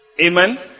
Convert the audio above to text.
Amen